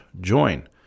join